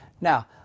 Now